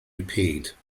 repaid